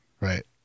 Right